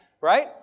right